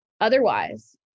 otherwise